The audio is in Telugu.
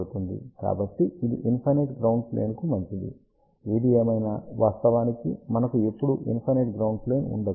కాబట్టి ఇది ఇన్ఫైనైట్ గ్రౌండ్ ప్లేన్కు మంచిది ఏది ఏమైనా వాస్తవానికి మనకు ఎప్పుడూ ఇన్ఫైనైట్ గ్రౌండ్ ప్లేన్ ఉండదు